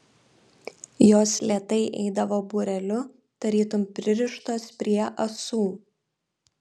jos lėtai eidavo būreliu tarytum pririštos prie ąsų